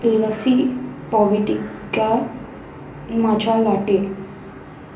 लस्सी पॉविटिका माशा लाटे